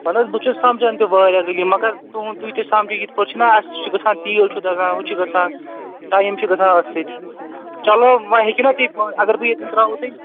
اہن حظ بہٕ چھُس سمجان تہِ واریاہ گٔلی مگر تُہُنٛد تُہۍ تہِ سَمجِو یِتھ پٲٹھۍ چھُنہٕ اَسہِ تہِ چھِ گژھان تیٖل چھُ دزان ہُہ چھُ گژھان ٹایِم چھِ گژھان أتھۍ سۭتۍ چلو وۄنۍ ہیٚکِو نا تُہۍ پانہٕ اگر بہٕ ییٚتٮ۪ن ترٛاوَو تُہۍ